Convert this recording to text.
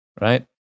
right